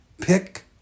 pick